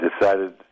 decided